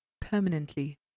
permanently